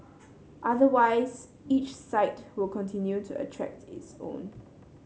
otherwise each site will continue to attract its own